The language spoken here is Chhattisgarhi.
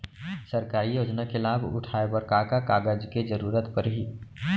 सरकारी योजना के लाभ उठाए बर का का कागज के जरूरत परही